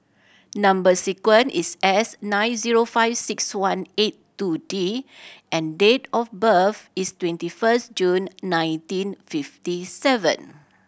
number sequence is S nine zero five six one eight two D and date of birth is twenty first June nineteen fifty seven